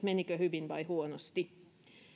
menikö hyvin vai huonosti